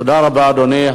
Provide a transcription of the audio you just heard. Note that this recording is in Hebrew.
תודה רבה, אדוני.